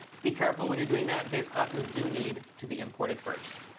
be careful when you're doing that. base classes do need to be imported first.